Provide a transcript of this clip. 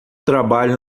trabalho